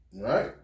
Right